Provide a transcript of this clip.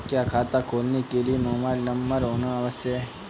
क्या खाता खोलने के लिए मोबाइल नंबर होना आवश्यक है?